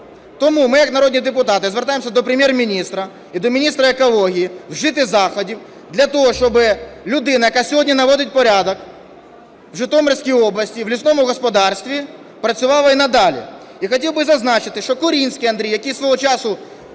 Тому ми як народні депутати звертаємося до Прем'єр-міністра і до міністра екології вжити заходів для того, щоб людина, яка сьогодні наводить порядок в Житомирській області в лісному господарстві, працювала і надалі. І хотів би зазначити, що Курінський Андрій, який свого часу